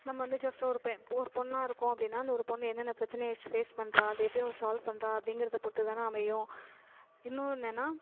நம்ம வந்து ஜஸ்ட் ஒரு பெ ஒரு பொண்ணாக இருக்கோம் அப்படினா அந்த ஒரு பெண் என்னென்ன பிரச்சனையை ஃபேஸ் பண்ணுறா அதை எப்படி அவள் ஸால்வ்வு பண்ணுறா அப்படிங்கறத பொறுத்து தானே அமையும் இன்னும் என்னென்னா